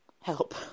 help